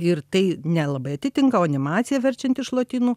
ir tai nelabai atitinka o animacija verčiant iš lotynų